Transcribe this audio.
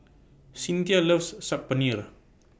Cynthia loves Saag Paneer